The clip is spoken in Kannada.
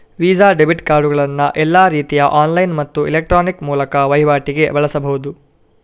ವೀಸಾ ಡೆಬಿಟ್ ಕಾರ್ಡುಗಳನ್ನ ಎಲ್ಲಾ ರೀತಿಯ ಆನ್ಲೈನ್ ಮತ್ತು ಎಲೆಕ್ಟ್ರಾನಿಕ್ ಮೂಲದ ವೈವಾಟಿಗೆ ಬಳಸ್ಬಹುದು